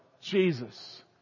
Jesus